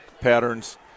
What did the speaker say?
patterns